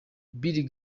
bill